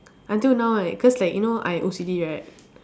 until now right cause like you know I O_C_D right